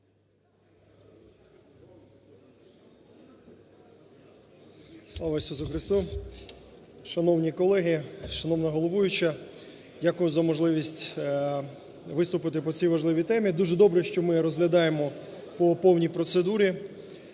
Слава Ісусу Христу! Шановні колеги! Шановна головуюча! Дякую за можливість виступити по цій важливій темі. Дуже добре, що ми розглядаємо по повній процедурі.